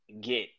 Get